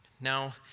Now